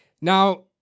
now